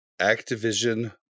Activision